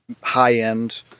high-end